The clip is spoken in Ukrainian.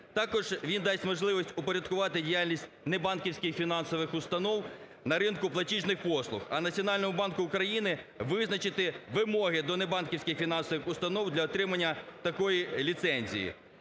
Також він дасть можливість упорядкувати діяльність небанківських фінансових установ на ринку платіжних послуг. А Національному банку України визначити вимоги до небанківських фінансових установ для отримання такої ліцензії,